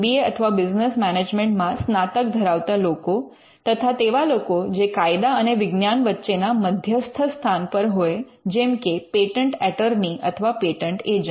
એ અથવા બિઝનેસ મેનેજમેન્ટમાં સ્નાતક ધરાવતા લોકો તથા તેવા લોકો જે કાયદા અને વિજ્ઞાન વચ્ચે ના મધ્યસ્થ સ્થાન પર હોય જેમ કે પેટન્ટ એટર્ની અથવા પેટન્ટ એજન્ટ